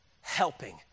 helping